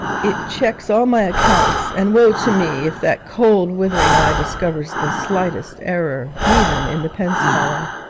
it checks all my accounts, and woe to me if that cold, withering eye discovers the slightest error even in the pence column!